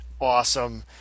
awesome